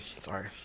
sorry